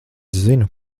zinu